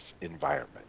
environment